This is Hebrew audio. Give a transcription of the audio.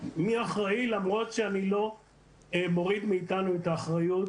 ואומר מי אחראי למרות שאני לא מוריד מאתנו את האחריות